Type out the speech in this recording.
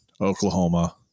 Oklahoma